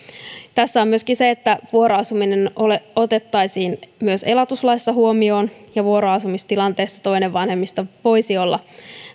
on myöskin se että vuoroasuminen otettaisiin myös elatuslaissa huomioon ja vuoroasumistilanteissa toinen vanhemmista voisi olla